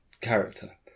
character